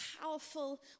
powerful